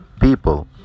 people